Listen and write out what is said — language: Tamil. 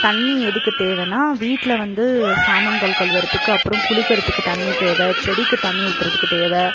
தண்ணி எதுக்கு தேவைன்னா வீட்டில் வந்து சாமான்கள் கழுவுகிறதுக்கு அப்புறம் குளிக்கிறதுக்கு தண்ணி தேவை செடிக்கு தண்ணி ஊற்றுறதுக்கு தேவை